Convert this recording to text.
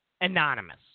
anonymous